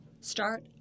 start